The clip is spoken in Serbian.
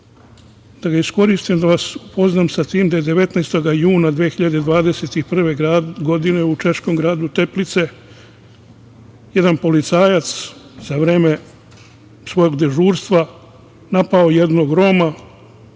da vam kažem, da vas upoznam sa tim da je 19. juna 2021. godine u češkom gradu Teplice jedan policajac za vreme svog dežurstva napao jednog Roma,